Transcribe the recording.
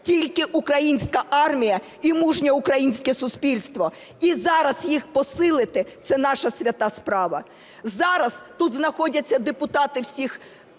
тільки українська армія і мужнє українське суспільство. І зараз їх посилити – це наша свята справа. Зараз тут знаходяться депутати всіх